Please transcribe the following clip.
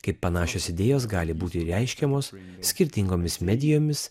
kaip panašios idėjos gali būti reiškiamos skirtingomis medijomis